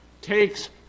takes